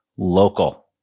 Local